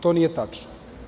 To nije tačno.